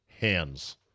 hands